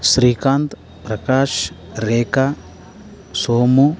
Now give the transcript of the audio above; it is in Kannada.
ಶ್ರೀಕಾಂತ್ ಪ್ರಕಾಶ್ ರೇಖಾ ಸೋಮು